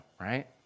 right